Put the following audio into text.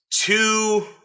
two